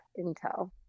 Intel